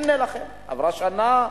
הנה לכם, עברה שנה,